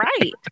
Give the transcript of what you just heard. right